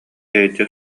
тэйиччи